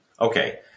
Okay